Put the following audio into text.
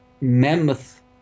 mammoth